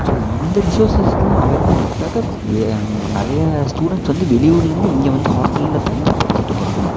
so இந்த ரிசோர்ஸஸெல்லாம் அவையில் பண்ணுறத்துக்காக வே நிறைய ஸ்டூடண்ட்ஸ் வந்து வெளியூர்லிருந்து இங்கே வந்து ஹாஸ்டலில் தங்கி படிச்சுட்டு போகிறாங்க